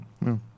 No